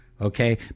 Okay